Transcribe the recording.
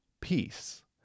peace